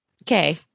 Okay